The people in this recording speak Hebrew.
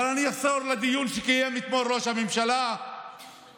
אבל אני אחזור לדיון שקיים אתמול ראש הממשלה בנוכחות